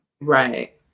right